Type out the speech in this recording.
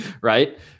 right